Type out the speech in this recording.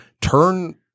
turn